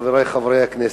חברי חברי הכנסת,